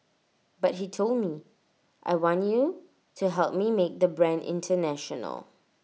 but he told me I want you to help me make the brand International